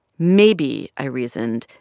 maybe, i reasoned,